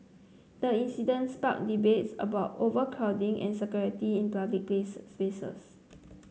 the incident sparked debates about overcrowding and security in public spaces